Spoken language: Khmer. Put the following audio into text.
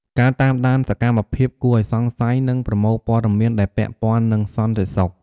ការតាមដានសកម្មភាពគួរឱ្យសង្ស័យ និងប្រមូលព័ត៌មានដែលពាក់ព័ន្ធនឹងសន្តិសុខ។